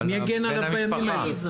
מי יגן עליו בימים האלה?